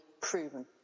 proven